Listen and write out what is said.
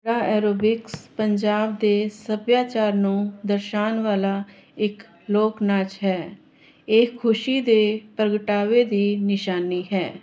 bhangra aerobics Punjab ਦੇ ਸੱਭਿਆਚਾਰ ਨੂੰ ਦਰਸਾਉਣ ਵਾਲਾ ਇੱਕ ਲੋਕ ਨਾਚ ਹੈ ਇਹ ਖੁਸ਼ੀ ਦੇ ਪ੍ਰਗਟਾਵੇ ਦੀ ਨਿਸ਼ਾਨੀ ਹੈ